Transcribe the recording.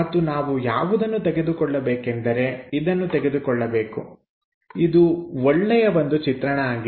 ಮತ್ತು ನಾವು ಯಾವುದನ್ನು ತೆಗೆದುಕೊಳ್ಳಬೇಕೆಂದರೆ ಇದನ್ನು ತೆಗೆದುಕೊಳ್ಳಬೇಕು ಇದು ಒಳ್ಳೆಯ ಒಂದು ಚಿತ್ರಣ ಆಗಿದೆ